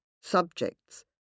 subjects